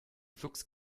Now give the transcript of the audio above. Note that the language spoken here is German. flux